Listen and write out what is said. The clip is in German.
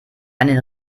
einen